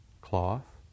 cloth